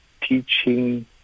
teaching